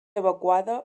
evacuada